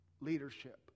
leadership